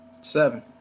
Seven